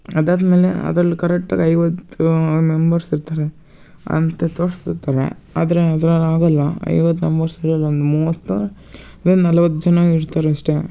ಅದಾದ ಮೇಲೆ ಅದ್ರಲ್ಲಿ ಕರೆಕ್ಟಾಗಿ ಐವತ್ತು ಮೆಂಬರ್ಸ್ ಇರ್ತಾರೆ ಅಂತ ತೋರಿಸ್ತಿರ್ತಾರೆ ಆದರೆ ಅದ್ರಲ್ಲಿ ಆಗೋಲ್ಲ ಐವತ್ತು ಮೆಂಬರ್ಸ್ ಇರಲ್ಲ ಒಂದು ಮೂವತ್ತೋ ಇಲ್ಲ ನಲ್ವತ್ತು ಜನ ಇರ್ತಾರೆ ಅಷ್ಟೇ